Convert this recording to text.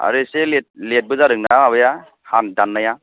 आरो एसे लेट लेटबो जादों ना माबाया दाननाया